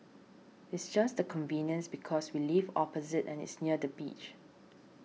it's just the convenience because we live opposite and it's near the beach